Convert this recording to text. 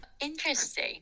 Interesting